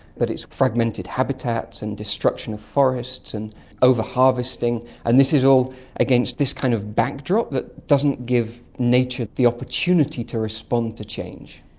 but it is fragmented habitats and destruction of forests and over-harvesting, and this is all against this kind of backdrop that doesn't give nature the opportunity to respond to change.